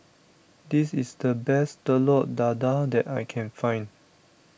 this is the best Telur Dadah that I can find